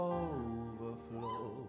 overflow